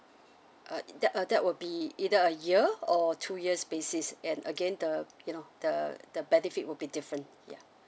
uh that uh that will be either a year or two years basis and again the you know the the benefit would be different ya